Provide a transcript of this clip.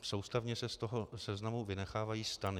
Současně se z toho seznamu vynechávají stany.